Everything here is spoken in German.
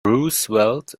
roosevelt